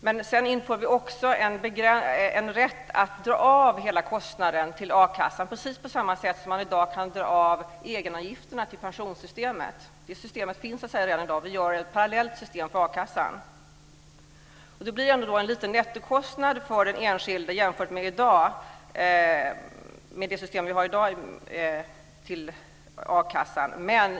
Vidare inför vi en rätt att dra av hela kostnaden när det gäller a-kassan, på samma sätt som man i dag kan dra av för egenavgifterna till pensionssystemet. Det systemet finns så att säga redan i dag. Vi gör ett parallellt system för a-kassan. Det blir då en liten nettokostnad för den enskilde jämfört med hur det är med det system som vi i dag har när det gäller a-kassan.